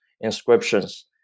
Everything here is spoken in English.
inscriptions